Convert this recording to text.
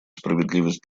справедливость